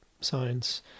science